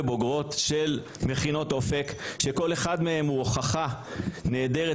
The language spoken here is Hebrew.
ובוגרות של מכינות אופק שכל אחד מהם הוא הוכחה נהדרת